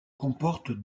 comporte